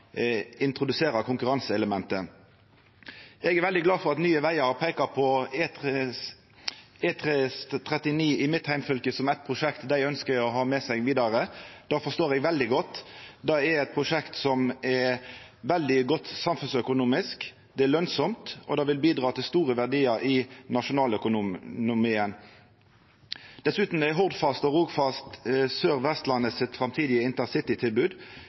introduserer konkurranseelementet. Eg er veldig glad for at Nye vegar peikar på E39 i mitt heimfylke som eit prosjekt dei ønskjer å ha med seg vidare. Det forstår eg veldig godt. Det er eit prosjekt som er veldig godt samfunnsøkonomisk. Det er lønsamt, og det vil bidra til store verdiar i nasjonaløkonomien. Dessutan er Hordfast og Rogfast Sør-Vestlandet sitt framtidige intercitytilbod.